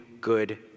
good